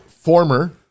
former